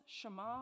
shema